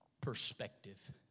perspective